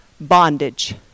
bondage